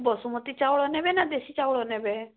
ବାସୁମତି ଚାଉଳ ନେବେ ନା ଦେଶୀ ଚାଉଳ ନେବେ